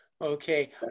Okay